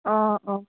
অ অ